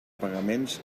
pagaments